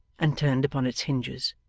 and turned upon its hinges.